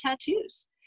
tattoos